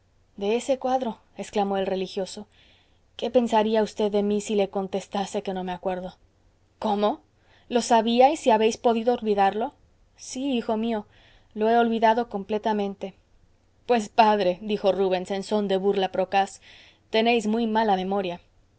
de ese cuadro exclamó el religioso qué pensaría v de mí si le contestase que no me acuerdo cómo lo sabíais y habéis podido olvidarlo sí hijo mío lo he olvidado completamente pues padre dijo rubens en són de burla procaz tenéis muy mala memoria